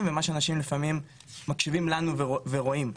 למה שאנשים לפעמים מקשיבים לנו ורואים.